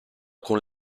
con